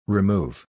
Remove